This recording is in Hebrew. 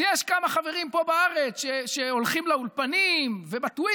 אז יש כמה חברים פה בארץ שהולכים לאולפנים ובטוויטר